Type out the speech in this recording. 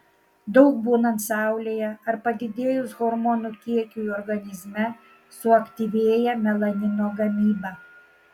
daug būnant saulėje ar padidėjus hormonų kiekiui organizme suaktyvėja melanino gamyba